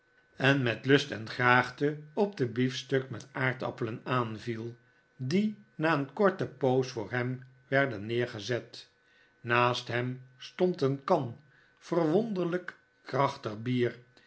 en met lust en graagte op den biefstuk met aardappelen aanviel die na een korte poos voor hem werden neergezet naast hem stond een kan verwonderlijk krachtig bier